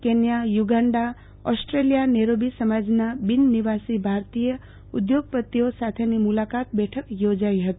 Kenya Uganda Australia Nairobi સમાજના બિનનિવાસી ભારતીય ઉદ્યોગપતિઓ સાથેની મૂ લાકાત બેઠકયોજાઈ હતી